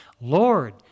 Lord